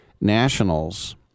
Nationals